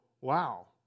wow